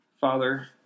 Father